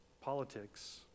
politics